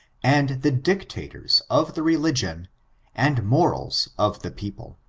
and the dictators of the religion and morals of the people.